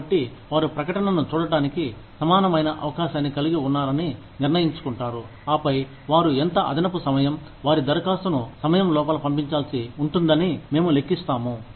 కాబట్టి వారు ప్రకటనను చూడటానికి సమానమైన అవకాశాన్ని కలిగి ఉన్నారని నిర్ణయించుకుంటారు ఆపై వారు ఎంత అదనపు సమయం వారి దరఖాస్తును సమయం లోపల పంపించాల్సి ఉంటుందని మేము లేక్కిస్తాము